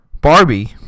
Barbie